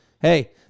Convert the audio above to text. Hey